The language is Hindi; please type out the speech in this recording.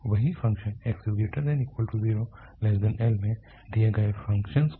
वही फ़ंक्शन 0≤xL में दिए गए फ़ंक्शन को